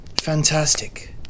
Fantastic